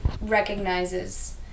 recognizes